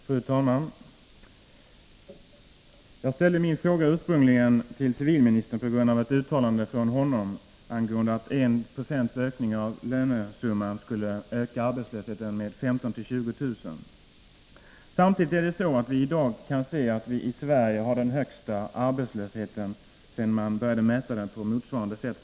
Fru talman! Jag ställde ursprungligen min fråga till civilministern på grund av ett uttalande av honom om att 1 26 ökning av lönesumman skulle öka antalet arbetslösa med 15 000-20 000. Vi kan konstatera att vi i Sverige i dag har den högsta arbetslösheten sedan man började mäta den på det sätt man gör i dag.